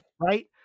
Right